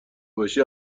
باشی